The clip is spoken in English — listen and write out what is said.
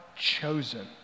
chosen